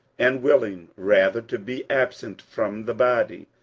and willing rather to be absent from the body,